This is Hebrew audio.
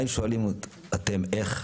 ודאי שואלים אתם איך.